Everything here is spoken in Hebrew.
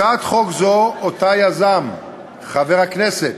הצעת חוק זו, שיזם חבר הכנסת